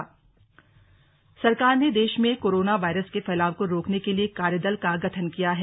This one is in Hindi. कोरोना वायरस दिल्ली सरकार ने देश में कोरोना वायरस के फैलाव को रोकने के लिए कार्यदल का गठन किया है